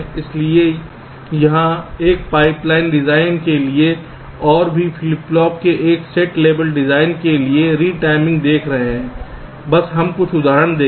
इसलिए यहाँ हम एक पाइपलाइन डिजाइन के लिए और भी फ्लिप फ्लॉप के साथ गेट लेवल डिजाइन के लिए रेटिमिंग देख रहे हैं बस हम कुछ उदाहरण देखेंगे